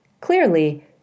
Clearly